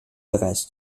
bereits